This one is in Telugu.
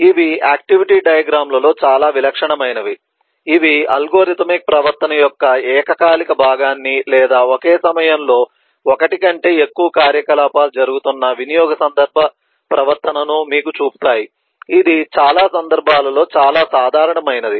ఇవి ఆక్టివిటీ డయాగ్రమ్ లలో చాలా విలక్షణమైనవి ఇవి అల్గోరిథమిక్ ప్రవర్తన యొక్క ఏకకాలిక భాగాన్ని లేదా ఒకే సమయంలో ఒకటి కంటే ఎక్కువ కార్యకలాపాలు జరుగుతున్న వినియోగ సందర్భ ప్రవర్తనను మీకు చూపుతాయి ఇది చాలా సందర్భాలలో చాలా సాధారణమైనది